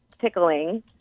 tickling